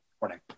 morning